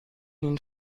ihn